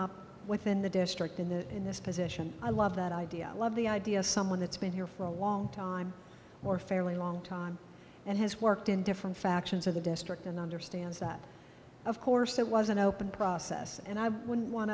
up within the district in the in this position i love that idea love the idea someone that's been here for a long time more fairly long time and has worked in different factions of the district and understands that of course it was an open process and i wouldn't want